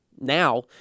Now